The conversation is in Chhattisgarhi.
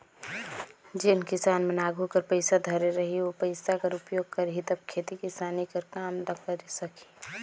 जेन किसान मन आघु कर पइसा धरे रही ओ पइसा कर उपयोग करही तब खेती किसानी कर काम ल करे सकही